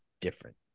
different